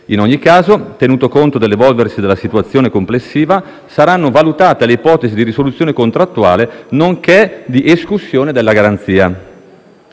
In ogni caso, tenuto conto dell'evolversi della situazione complessiva, saranno valutate le ipotesi di risoluzione contrattuale nonché di escussione della garanzia.